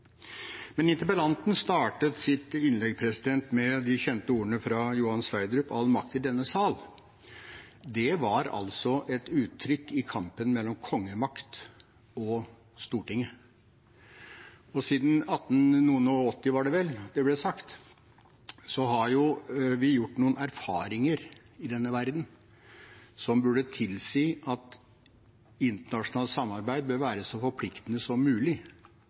Men interpellanten startet sitt innlegg med de kjente ordene fra Johan Sverdrup: All makt i denne sal. Det var et uttrykk i kampen mellom kongemakt og Stortinget. Siden 1872, da dette ble sagt, har vi gjort oss noen erfaringer i denne verden som burde tilsi at internasjonalt samarbeid bør være så forpliktende som mulig